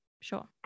sure